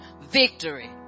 Victory